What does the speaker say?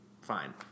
fine